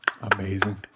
amazing